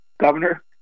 governor